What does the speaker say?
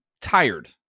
tired